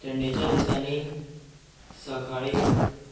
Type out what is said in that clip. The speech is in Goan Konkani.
थंडेच्या दिसांनी सकाळीं